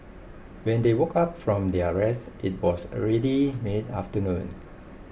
when they woke up from their rest it was already mid afternoon